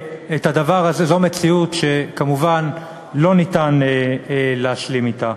זאת מציאות שכמובן לא ניתן להשלים אתה.